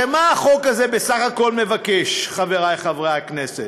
הרי מה החוק הזה בסך הכול מבקש, חברי חברי הכנסת?